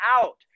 out